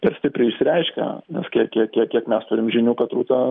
per stipriai išreiškia nes kiek kiek kiek kiek mes turime žinių kad rūta